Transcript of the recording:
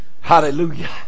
Hallelujah